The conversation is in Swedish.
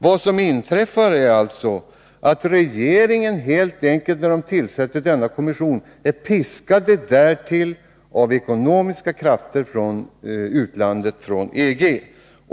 Vad som inträffar är alltså att regeringen, när den tillsätter denna kommission, helt enkelt är piskad därtill av ekonomiska krafter från utlandet, från EG.